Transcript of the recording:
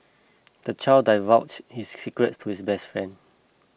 the child divulged his secrets to his best friend